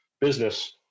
business